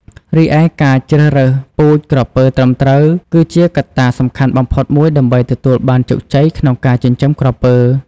រីឯការជ្រើសរើសពូជក្រពើត្រឹមត្រូវ គឺជាកត្តាសំខាន់បំផុតមួយដើម្បីទទួលបានជោគជ័យក្នុងការចិញ្ចឹមក្រពើ។